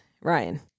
Ryan